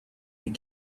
that